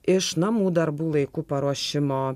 iš namų darbų laiku paruošimo